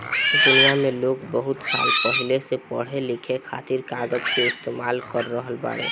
दुनिया में लोग बहुत साल पहिले से पढ़े लिखे खातिर कागज के इस्तेमाल कर रहल बाड़े